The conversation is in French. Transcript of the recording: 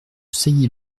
sailly